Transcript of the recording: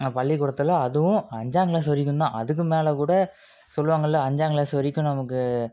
பள்ளிக்கூடத்தில் அதுவும் அஞ்சாம் கிளாஸ் வரைக்கும் தான் அதுக்கு மேலே கூட சொல்லுவாங்கல்ல அஞ்சாம் கிளாஸ்ஸு வரைக்கும் நமக்கு